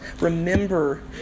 Remember